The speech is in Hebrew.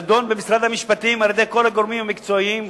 נדון במשרד המשפטים על-ידי כל הגורמים המקצועיים,